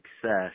success